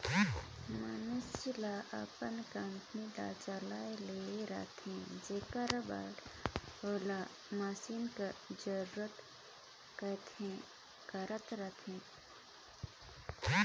मइनसे ल अपन कंपनी ल चलाए ले रहथे जेकर बर ओला मसीन कर जरूरत कहे कर रहथे